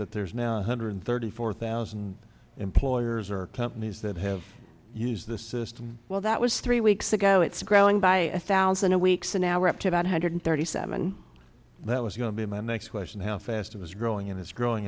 that there is now one hundred thirty four thousand employers or companies that have used the system well that was three weeks ago it's growing by a thousand a week so now we're up to about one hundred thirty seven that was going to be my next question how fast it was growing and it's growing